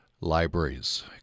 libraries